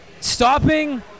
stopping